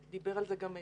ודיבר על זה גם פרופ'